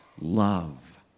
love